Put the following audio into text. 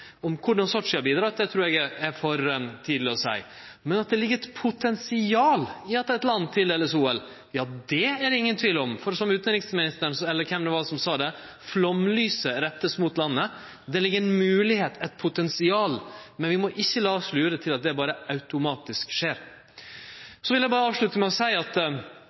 Korleis Sotsji har bidrege, trur eg det er for tidleg å seie noko om, men at det ligg eit potensial i at eit land vert tildelt OL, er det ingen tvil om. Som utanriksministeren – eller kven det no var – sa: Flaumlyset vert retta mot landet. Det ligg ei moglegheit, eit potensial, men vi må ikkje la oss lure – at det berre skjer automatisk. Eg vil berre avslutte med å seie at